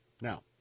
Now